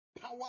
power